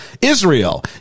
Israel